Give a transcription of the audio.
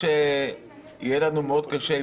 חושב שיהיה לנו מאוד קשה,